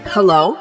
Hello